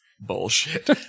bullshit